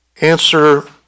answer